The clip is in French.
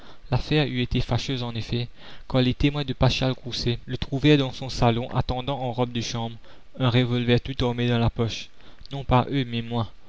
l'affaire eût été fâcheuse en effet car les témoins de paschal grousset le trouvèrent dans son salon attendant en robe de chambre un revolver tout armé dans la poche non pas eux mais moi